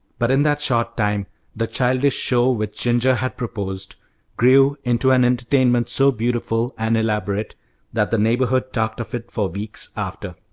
but in that short time the childish show which ginger had proposed grew into an entertainment so beautiful and elaborate that the neighbourhood talked of it for weeks after.